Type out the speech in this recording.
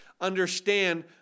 understand